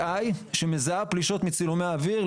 (בינה מלאכותית) שמזהה פלישות מצילומי אוויר,